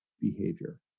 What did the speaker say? behavior